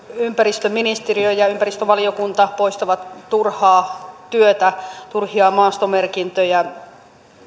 ympäristöministeriö ja ympäristövaliokunta poistavat turhaa työtä turhia maastomerkintöjä